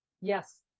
Yes